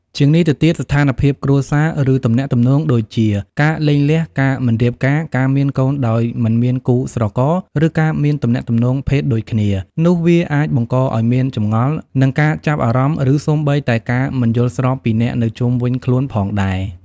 ជាងនេះទៅទៀតស្ថានភាពគ្រួសារ ឬទំនាក់ទំនងដូចជា ការលែងលះ ការមិនរៀបការ ការមានកូនដោយមិនមានគូស្រករ ឬការមានទំនាក់ទំនងភេទដូចគ្នា នោះវាអាចបង្កឱ្យមានចម្ងល់ និងការចាប់អារម្មណ៍ ឬសូម្បីតែការមិនយល់ស្របពីអ្នកនៅជុំវិញខ្លួនផងដែរ។